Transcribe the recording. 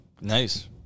Nice